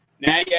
Now